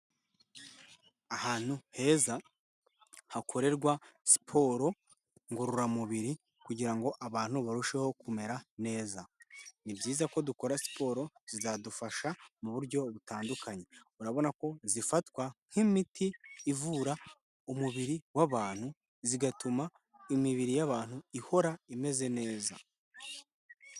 Ahantu heza, hakorerwa siporo ngororamubiri, kugira ngo abantu barusheho kumera neza. Ni byiza ko dukora siporo, zizadufasha mu buryo butandukanye. Urabona ko zifatwa nk'imiti ivura umubiri w'abantu, zigatuma imibiri y'abantu ihora imeze neza.